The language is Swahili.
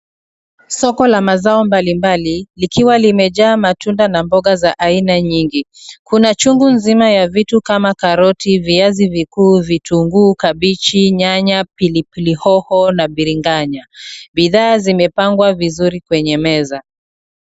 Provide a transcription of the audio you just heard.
Soko la mazao mbali mbali, likiwa limejaa matunda na mboga za aina nyingi. Kuna chungu nzima ya vitu kama: karoti, viazi vikuu, vitunguu, kabichi, nyanya, pilipili hoho na biringanya. Bidhaa zimepangwa vizuri kwenye meza.